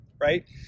right